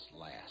last